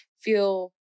feel